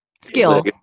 Skill